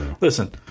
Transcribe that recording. listen